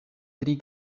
tri